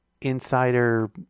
insider